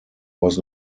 was